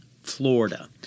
Florida